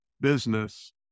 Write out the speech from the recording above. business